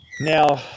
now